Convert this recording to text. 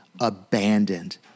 abandoned